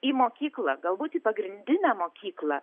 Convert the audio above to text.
į mokyklą galbūt į pagrindinę mokyklą